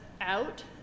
out